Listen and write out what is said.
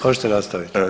Možete nastaviti.